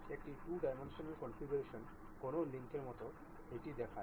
একই 2 dimensional configuration কোনও লিঙ্কের মতো এটি দেখায়